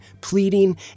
pleading